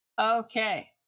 Okay